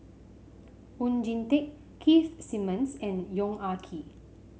Oon Jin Teik Keith Simmons and Yong Ah Kee